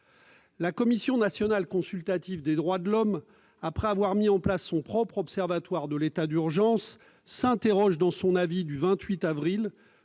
La Commission nationale consultative des droits de l'homme, après avoir mis en place son propre observatoire de l'état d'urgence, s'interroge dans son avis du 28 avril